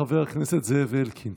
חבר הכנסת זאב אלקין,